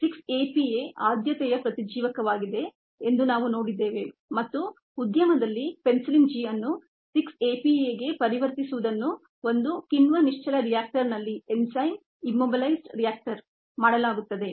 6 APA ಆದ್ಯತೆಯ ಪ್ರತಿಜೀವಕವಾಗಿದೆ ಎಂದು ನಾವು ನೋಡಿದ್ದೇವೆ ಮತ್ತು ಉದ್ಯಮದಲ್ಲಿ ಪೆನ್ಸಿಲಿನ್ G ಅನ್ನು 6 APAಗೆ ಪರಿವರ್ತಿಸುವುದನ್ನು ಒಂದು ಎನ್ಜೈಮ್ ಇಂಮೊಬಿಲೈಜ್ಡ್ ರಿಯಾಕ್ಟರ್ ನಲ್ಲಿ ಮಾಡಲಾಗುತ್ತದೆ